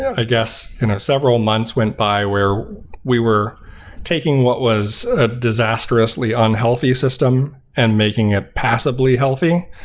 i guess several months went by where we were taking what was a disastrously unhealthy system and making it passably healthy.